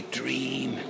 dream